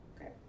Okay